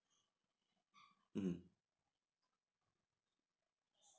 mmhmm